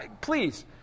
Please